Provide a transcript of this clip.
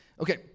okay